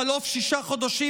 בחלוף שישה חודשים,